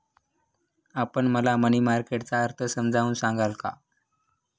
आपण मला money market चा अर्थ समजावून सांगाल का?